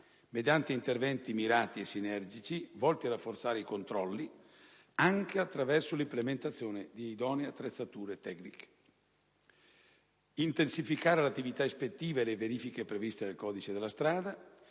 mediante interventi mirati e sinergici, volti a rafforzare i controlli, anche attraverso l'implementazione di idonee attrezzature tecniche; intensificare l'attività ispettiva e le verifiche previste dal codice della strada;